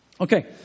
Okay